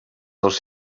dels